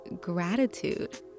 gratitude